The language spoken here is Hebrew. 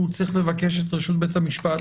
הוא צריך לבקש את רשות בית המשפט,